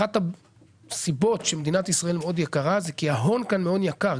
אחת הסיבות שמדינת ישראל מאוד יקרה זה כי ההון כאן מאוד יקר,